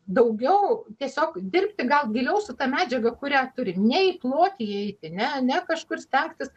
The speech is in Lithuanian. daugiau tiesiog dirbti gal giliau su ta medžiaga kurią turi ne į plotį eiti ne ne kažkur stengtis